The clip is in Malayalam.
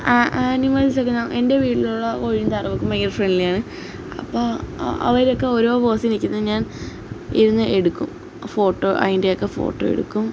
ആ ആനിമൽസൊക്കെ എൻ്റെ വീട്ടിലുള്ള കോഴിയും താറാവും ഒക്കെ ഭയങ്കര ഫ്രണ്ട്ലിയാണ് അപ്പോൾ അവരൊക്ക ഓരോ പോസ്സിൽ നിൽക്കുന്ന ഞാൻ ഇരുന്ന് എടുക്കും ഫോട്ടോ അതിൻ്റെ ഒക്കെ ഫോട്ടോ എടുക്കും